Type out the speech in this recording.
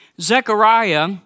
Zechariah